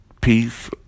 Peace